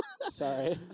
Sorry